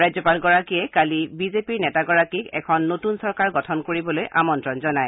ৰাজ্যপালগৰাকীয়ে কালি বিজেপিৰ নেতাগৰাকীক এখন নতুন চৰকাৰ গঠন কৰিবলৈ আমন্তণ জনায়